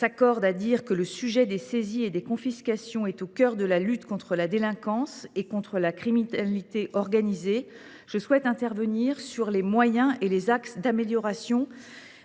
accordons à dire que la question des saisies et des confiscations est au cœur de la lutte contre la délinquance et contre la criminalité organisée, mon propos portera sur les moyens et les axes d’amélioration